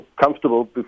comfortable